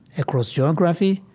across geography,